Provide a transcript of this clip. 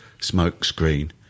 Smokescreen